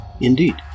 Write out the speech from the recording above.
Indeed